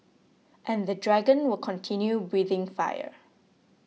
and the dragon will continue breathing fire